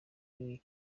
iyi